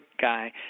guy